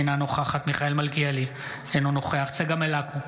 אינה נוכחת מיכאל מלכיאלי, אינו נוכח צגה מלקו,